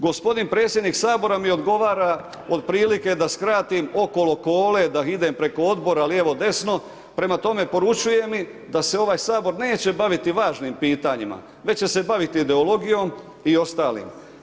Gospodin predsjednik Sabora mi odgovara otprilike da skratim, okolo kole da idem preko odbora, lijevo, desno, prema tome poručuje mi da se ovaj Sabor neće baviti važnim pitanjima, već će se bavit ideologijom i ostalim.